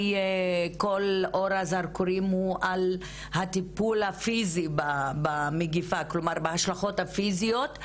כל אור הזרקורים הוא אולי על הטיפול הפיזי במגיפה וההשלכות הפיזיות,